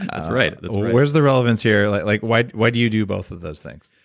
that's right. that's right where's the relevance here? like like why do why do you do both of those things?